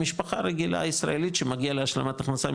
משפחה רגילה ישראלית שמגיעה לה השלמת הכנסה,